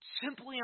simply